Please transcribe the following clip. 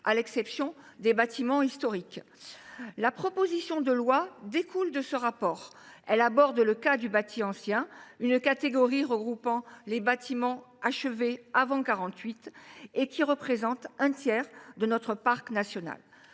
à l’exception des bâtiments historiques. La présente proposition de loi découle de ce travail. Elle aborde le cas du bâti ancien, une catégorie regroupant les bâtiments achevés avant 1948, qui représente un tiers de notre parc national.